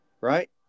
Right